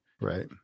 right